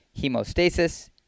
Hemostasis